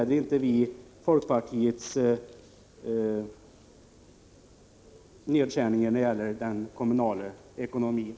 Det tycker jag också, och därför biträder vi ite 70 GGN Schabloniserat stats